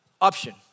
option